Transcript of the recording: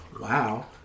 wow